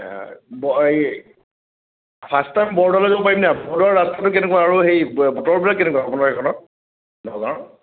ব এই first time বৰদোৱালৈ যাব পাৰিম নাই বৰদোৱাৰ ৰাস্তাটো কেনেকুৱা আৰু হেৰি বতৰটো কেনেকুৱা আপোনাৰ এইকণত নগাঁৱৰ